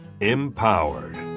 empowered